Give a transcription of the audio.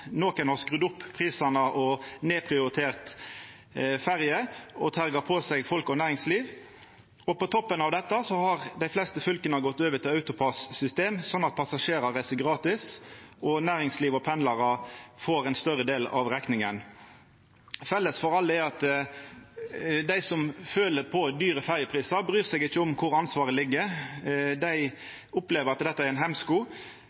nokon står på terskelen til å gjera det, nokon har skrudd opp prisane og nedprioritert ferjer og terga på seg folk og næringsliv. Og på toppen av dette har dei fleste fylka gått over til AutoPASS-system, slik at passasjerar reiser gratis og næringsliv og pendlarar får ein større del av rekninga. Felles for alle er at dei som føler på høge ferjeprisar, ikkje bryr seg om kvar ansvaret ligg. Dei opplever at dette er ein hemsko.